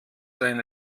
sein